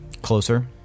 closer